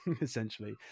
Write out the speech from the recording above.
essentially